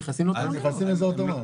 הם נכנסים לזה אוטומט.